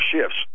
shifts